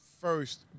first